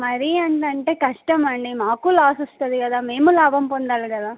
మరి అంత అంటే కష్టం అండి మాకు లాస్ వస్తుంది కదా మేము లాభం పొందాలి కదా